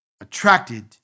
Attracted